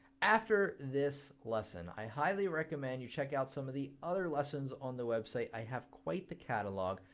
after this lesson, i highly recommend you check out some of the other lessons on the website. i have quite the catalog,